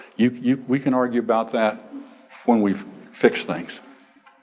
yeah yeah we can argue about that when we fixed things.